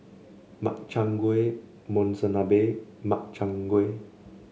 Makchang Gui Monsunabe and Makchang Gui